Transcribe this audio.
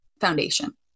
foundation